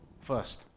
first